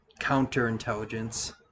counterintelligence